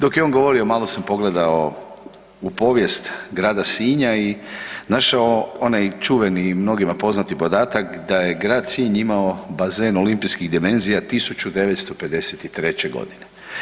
Dok je on govorio malo sam pogledao u povijest grada Sinja i našao onaj čuveni mnogima poznati podatak da je grad Sinj imamo bazen olimpijskih dimenzija 1953. godine.